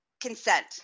consent